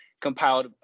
compiled